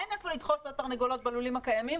אין איפה לדחוף את התרנגולות בלולים הקיימים,